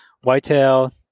whitetail